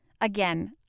Again